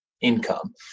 income